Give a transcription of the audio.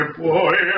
boy